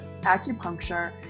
acupuncture